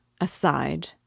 aside